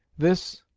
this,